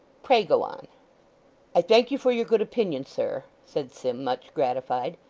pray go on i thank you for your good opinion, sir said sim, much gratified,